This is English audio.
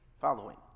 Following